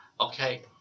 Okay